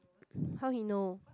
how he know